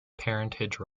parentage